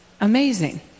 amazing